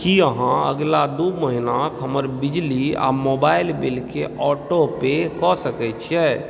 की अहाँ अगिला दो महिनाक हमर बिजली आओर मोबाइल बिलके ऑटोपे कऽ सकै छिए